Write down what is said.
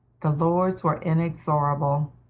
the lords were inexorable.